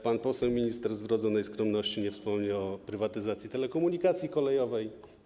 Pan poseł minister z wrodzonej skromności nie wspomniał o prywatyzacji telekomunikacji kolejowej.